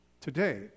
today